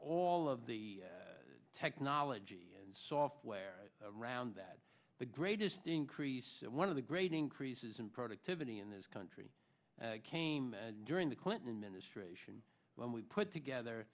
all of the technology and software around that the greatest increase and one of the great increases in productivity in this country came during the clinton administration when we put together